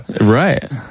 Right